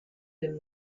den